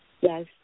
Yes